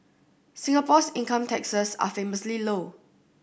Singapore's income taxes are famously low